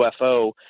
ufo